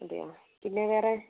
അതെയോ പിന്നെ വേറെ